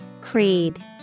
Creed